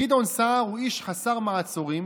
גדעון סער הוא איש חסר מעצורים,